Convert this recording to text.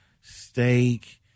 steak